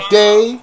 day